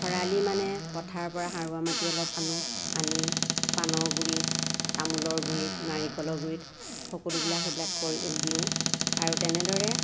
খৰালি মানে পথাৰৰ পৰা সাৰুৱা মাটি অলপ আনো আনি পাণৰ গুড়িত তামোলৰ গুড়িত নাৰিকলৰ গুড়িত সকলোবিলাক সেইবিলাক কৰি দিওঁ আৰু তেনেদৰে